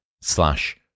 slash